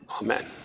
Amen